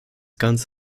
ganz